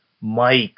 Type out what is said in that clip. Mike